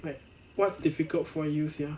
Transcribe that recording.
like what's difficult for you sia